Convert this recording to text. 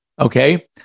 okay